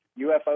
UFO